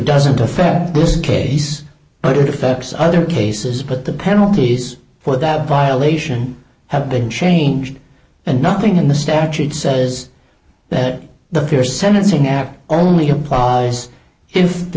doesn't affect this case but it affects other cases but the penalties for that violation have been changed and nothing in the statute says that the fair sentencing act only applies if the